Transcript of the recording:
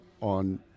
on